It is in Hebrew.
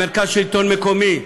מרכז השלטון המקומי,